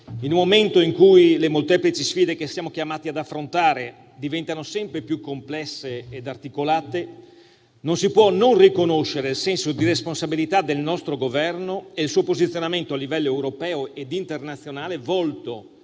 in un momento in cui le molteplici sfide che siamo chiamati ad affrontare diventano sempre più complesse e articolate, non si possono non riconoscere il senso di responsabilità del nostro Governo e il suo posizionamento a livello europeo e internazionale volto